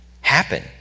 happen